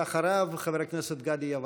ואחריו, חבר הכנסת גדי יברקן.